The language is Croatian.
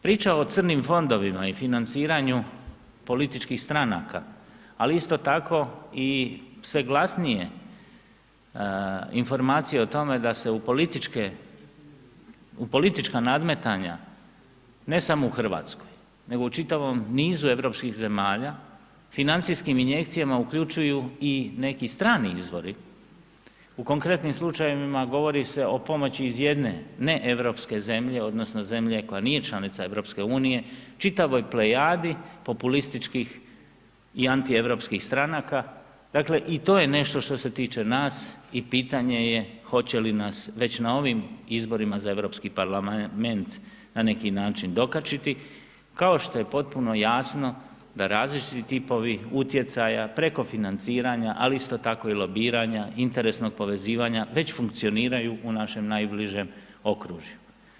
Priča o crnim fondovima i financiranju političkih stranaka, ali isto tako i sve glasnije informacije o tome, da se u politička nadmetanja, ne samo u Hrvatskoj, nego u čitavom nizu europskih zemalja, financijskim injekcijama, uključuju i neki strani izvori, u konkretnim slučajevima, govori se o moći iz jedne neeuropske zemlje, odnosno, zemlje, koja nije članica EU, čitavoj plejadi populističkih i antieuropskih stranaka, dakle i to je nešto što se tiče nas i pitanje je hoće li nas već na ovim izborima za Europski parlament, na neki način dokačiti, kao što je potpuno jasno, da različiti tipovi utjecaja, preko financiranja, ali isto tako i lobiranja, interesnog povezivanja već funkcioniraju u našem najbližem okružju.